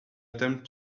attempt